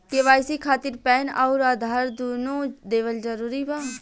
KYC खातिर PAN आउर आधार दुनों देवल जरूरी बा?